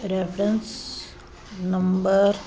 reference number